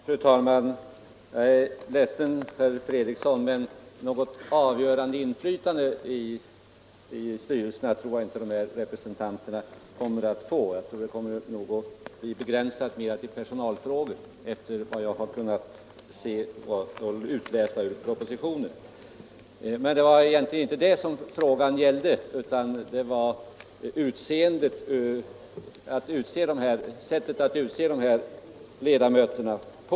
Fru talman! Jag är ledsen, herr Fredriksson, men något avgörande inflytande i styrelserna tror jag inte att personalrepresentanterna kommer att få; det blir nog, efter vad jag kunnat utläsa ur propositionen, begränsat i huvudsak till personalfrågor. Men det är egentligen inte det frågan gäller, utan den gäller sättet att utse dessa ledamöter.